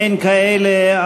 אין כאלה.